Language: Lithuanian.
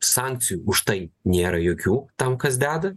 sankcijų už tai nėra jokių tam kas deda